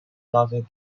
during